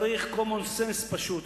צריךcommonsense פשוט.